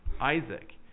Isaac